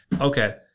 okay